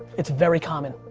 it's very common.